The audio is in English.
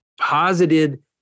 posited